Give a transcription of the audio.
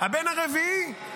הבן הרביעי.